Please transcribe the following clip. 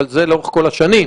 אבל זה לאורך כל השנים.